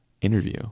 interview